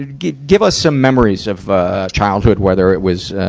and give give us some memories of, ah, childhood, whether it was, ah,